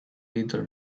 little